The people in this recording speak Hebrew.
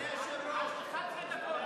על "אחת-עשרה דקות".